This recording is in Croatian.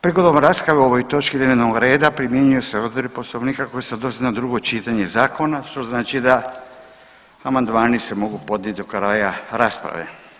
Prigodom rasprave o ovoj točki dnevnog reda primjenjuju se odredbe Poslovnika koje se odnose na drugo čitanje zakona što znači da amandmani se mogu podnijeti do kraja rasprave.